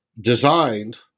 designed